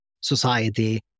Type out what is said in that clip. society